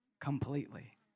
completely